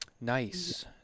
Nice